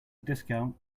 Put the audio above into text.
discount